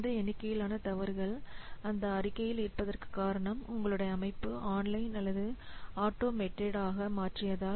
இந்த எண்ணிக்கையிலான தவறுகள் அந்த அறிக்கையில் இருப்பதற்கு காரணம் உங்களுடைய அமைப்பு ஆன்லைன் அல்லது ஆட்டோமேட்டட் ஆக மாற்றியதால்